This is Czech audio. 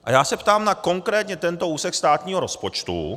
A já se ptám na konkrétně tento úsek státního rozpočtu.